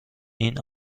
این